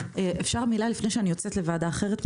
אפשר מילה לפני שאני יוצאת לוועדה אחרת?